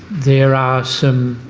there are some